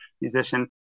musician